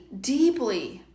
deeply